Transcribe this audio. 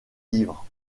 livre